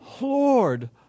Lord